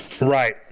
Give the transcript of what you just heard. Right